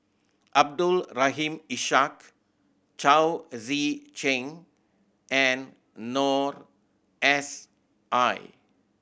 Abdul Rahim Ishak Chao Tzee Cheng and Noor S I